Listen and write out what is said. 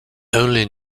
only